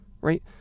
right